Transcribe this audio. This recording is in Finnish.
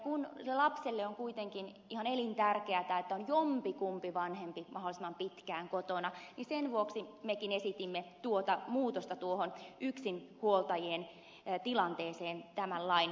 kun lapselle on kuitenkin ihan elintärkeää että on jompikumpi vanhempi mahdollisimman pitkään kotona niin sen vuoksi mekin esitimme tuota muutosta tuohon yksinhuoltajien tilanteeseen tämän lain kohdalla